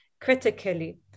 critically